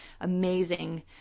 amazing